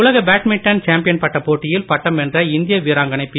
உலக badminton champion பட்டப் போட்டியில் பட்டம் வென்ற இந்திய வீராங்கனை பி